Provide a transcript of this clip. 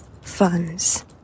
funds